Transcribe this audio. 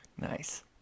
Nice